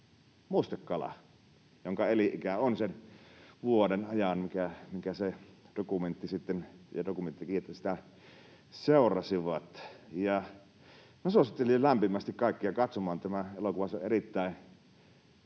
mustekala, jonka elinikä on sen vuoden ajan, minkä se dokumentti sitten sitä seurasi. Minä suosittelisin lämpimästi kaikkia katsomaan tämän elokuvan. Se on erittäin